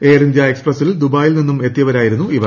air India എക്സ്പ്രസിൽ ദുബായിൽ നിന്ന് എത്തിയതായിരുന്നു ഇവർ